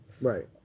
Right